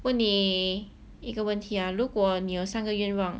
问你一个问题啊如果你有三个愿望